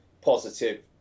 positive